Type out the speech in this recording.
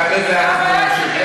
ואחרי זה אנחנו נמשיך.